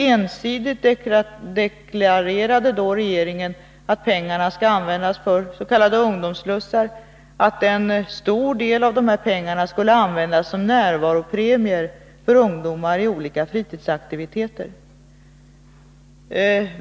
Ensidigt deklarerade då regeringen att pengarna skulle användas för s.k. ungdomsslussar, att en stor del av dessa pengar skulle användas som närvaropremier för ungdomar i olika fritidsaktiviteter.